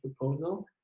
proposal